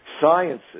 sciences